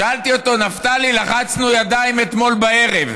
שאלתי אותו: נפתלי, לחצנו ידיים אתמול בערב.